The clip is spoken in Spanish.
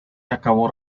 acabó